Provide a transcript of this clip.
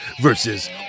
versus